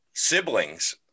siblings